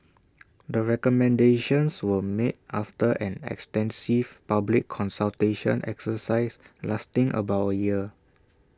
the recommendations were made after an extensive public consultation exercise lasting about A year